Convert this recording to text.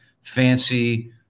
Fancy